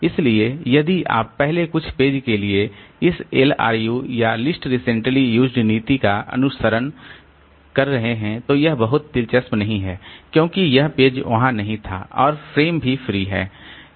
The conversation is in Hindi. इसलिए यदि आप पहले कुछ पेज के लिए इस LRU या लिस्ट रिसेंटली यूज्ड नीति का अनुसरण कर रहे हैं तो यह बहुत दिलचस्प नहीं है क्योंकि यह पेज वहां नहीं था और फ्रेम भी फ्री हैं